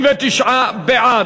נגד.